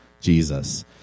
Jesus